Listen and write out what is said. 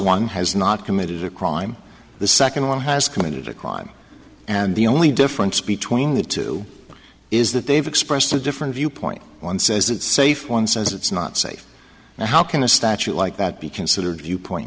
one has not committed a crime the second one has committed a crime and the only difference between the two is that they've expressed a different viewpoint one says it's safe one says it's not safe now how can a statute like that be considered viewpoint